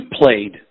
played